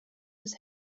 with